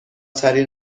ترین